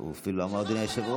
הוא אפילו לא אמר: אדוני היושב-ראש.